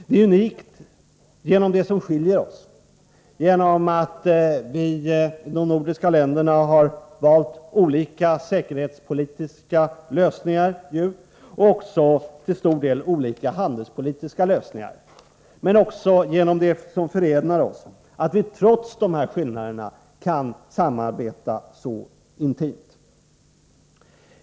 Det är unikt genom det som skiljer oss, genom att de nordiska länderna har valt olika säkerhetspolitiska lösningar och också till stor del olika handelspolitiska lösningar. Men det är unikt också genom det som förenar oss, att vi trots dessa skillnader kan samarbeta så intimt.